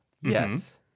Yes